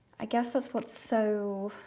i guess that's what's so